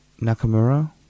Nakamura